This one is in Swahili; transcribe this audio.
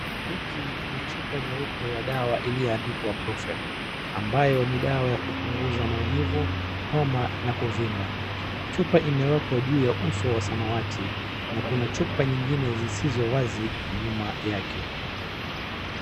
Hii ni chupa nyeupe ya dwa iliyoandikwa ibuprofen ambaye ni dawa ya kupunguza maumivu, homa na kuvimba. Chupa imewekwa juu ya uso wa samawati na kuna chupa nyingine zisizo wazi nyuma yake.